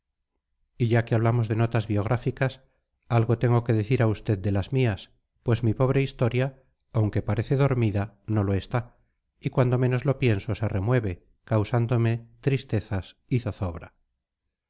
y ya que hablamos de notas biográficas algo tengo que decir a usted de las mías pues mi pobre historia aunque parece dormida no lo está y cuando menos lo pienso se remueve causándome tristezas y zozobra